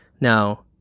Now